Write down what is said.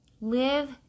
Live